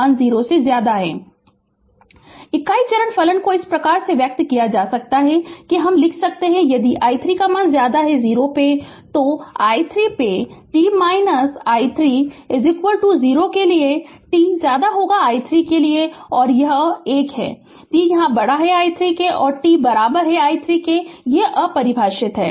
Refer Slide Time 2747 इकाई चरण फलन को इस प्रकार व्यक्त किया जा सकता है कि हम लिख सकते हैं यदि i 3 0 पे a t i 3 तो t i 3 0 के लिए t i 3 के लिए और यह 1 है t i 3 और t i 3 यह अपरिभाषित है